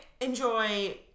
enjoy